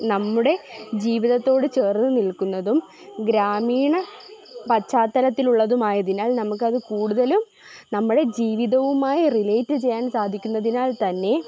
നമ്മുടെ ജീവിതത്തോട് ചേർന്ന് നിൽക്കുന്നതും ഗ്രാമീണ പശ്ചാത്തലത്തിൽ ഉള്ളതുമായതിനാൽ നമുക്കത് കൂടുതലും നമ്മുടെ ജീവിതവുമായി റിലേറ്റ് ചെയ്യാൻ സാധിക്കുന്നതിനാൽ തന്നെ